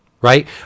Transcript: right